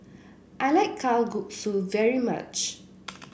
I like Kalguksu very much